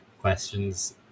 questions